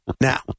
Now